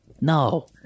No